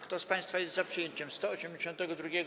Kto z państwa jest za przyjęciem 182.